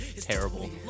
Terrible